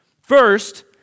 First